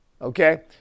Okay